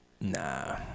Nah